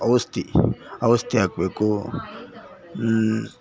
ಔಷ್ಧಿ ಔಷ್ಧಿ ಹಾಕಬೇಕು